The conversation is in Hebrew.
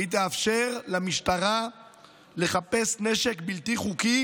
והיא תאפשר למשטרה לחפש נשק בלתי חוקי